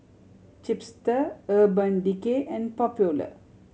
Chipster Urban Decay and Popular